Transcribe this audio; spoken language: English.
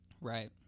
Right